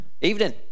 Evening